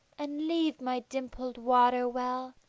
and leave my dimpled water well,